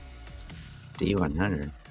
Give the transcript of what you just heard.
D100